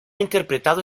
interpretado